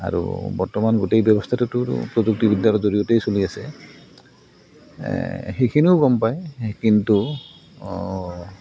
আৰু বৰ্তমান গোটেই ব্যৱস্থাটোতো প্ৰযুক্তিবিদ্যাৰ জৰিয়তেই চলি আছে এ সেইখিনিও গম পায় কিন্তু